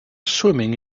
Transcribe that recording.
swimming